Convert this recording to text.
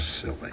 silly